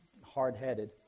hard-headed